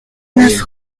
neuf